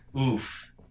Oof